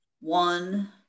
one